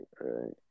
right